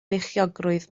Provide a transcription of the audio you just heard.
beichiogrwydd